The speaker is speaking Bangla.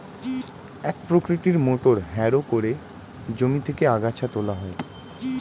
এক প্রকৃতির মোটর হ্যারো করে জমি থেকে আগাছা তোলা হয়